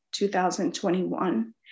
2021